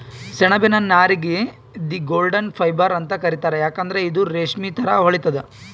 ಸೆಣಬಿನ್ ನಾರಿಗ್ the golden fibre ಅಂತ್ ಕರಿತಾರ್ ಯಾಕಂದ್ರ್ ಇದು ರೇಶ್ಮಿ ಥರಾ ಹೊಳಿತದ್